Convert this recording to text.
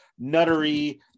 nuttery